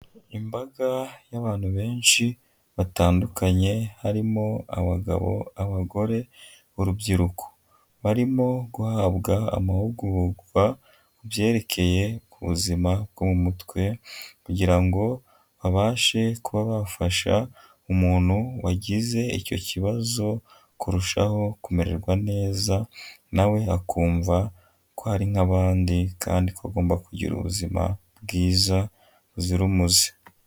Imbaga y'abantu benshi batandukanye harimo abagabo, abagore, urubyiruko, barimo guhabwa amahugurwa ku byerekeye ku buzima bwo mu mutwe kugira ngo babashe kuba bafasha umuntu wagize icyo kibazo, kurushaho kumererwa neza na we akumva ko ari nk'abandi kandi ko agomba kugira ubuzima bwiza buzira umuze.